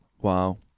wow